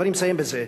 ואני מסיים בזה,